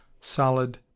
solid